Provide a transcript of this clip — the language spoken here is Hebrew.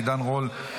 עידן רול,